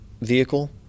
vehicle